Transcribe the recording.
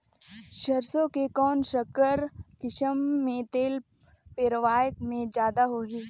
सरसो के कौन संकर किसम मे तेल पेरावाय म जादा होही?